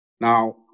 Now